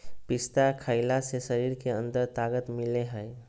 पिस्ता खईला से शरीर के अंदर से ताक़त मिलय हई